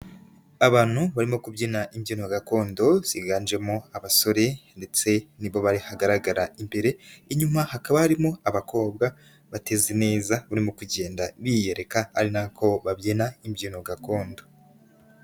Abantu barimo kubyina imbyino gakondo ziganjemo abasore ndetse ni bo bahagaragara imbere, inyuma hakaba harimo abakobwa bateze neza barimo kugenda biyereka ari na ko babyina imbyino gakondo.